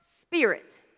spirit